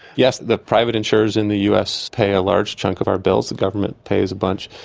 yes, the private insurers in the us pay a large chunk of our bills. the government pays a bunch.